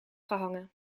gehangen